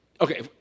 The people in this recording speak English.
Okay